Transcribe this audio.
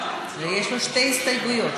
יש לו שתי הסתייגויות.